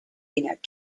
neck